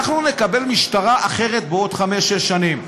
אנחנו נקבל משטרה אחרת בעוד חמש-שש שנים.